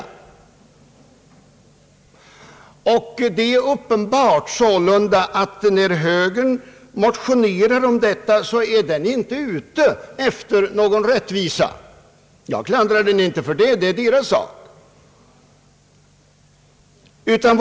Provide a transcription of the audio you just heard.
Det är därför uppenbart att när hö gern motionerar om en sådan tronföljd så är den inte ute efter någon rättvisa. Jag klandrar den inte för det, ty det är dess egen sak.